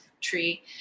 tree